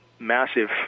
Massive